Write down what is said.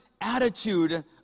attitude